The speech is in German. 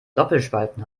doppelspalten